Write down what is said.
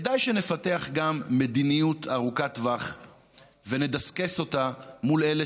כדאי שנפתח גם מדיניות ארוכת טווח ונדסקס אותה מול אלה